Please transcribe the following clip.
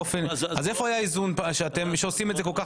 אז איפה היה איזון שעושים את זה כל-כך